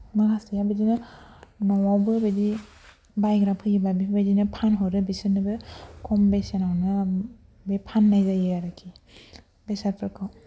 माखासेया बिदिनो न'आवबो बिदि बायग्रा फैयोब्ला बेफोरबादिनो फानहरो बिसोरनोबो खम बेसेनावनो बे फाननाय जायो आरोखि बेसादफोरखौ